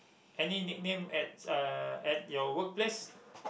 any nickname at uh at your workplace